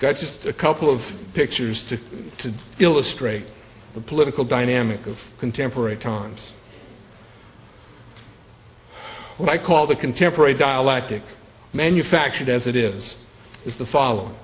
that's just a couple of pictures to to illustrate the political dynamic of contemporary times what i call the contemporary dialectic manufactured as it is is the follow